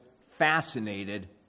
fascinated